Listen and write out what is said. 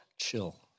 chill